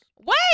Wait